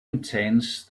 intense